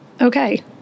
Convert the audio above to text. okay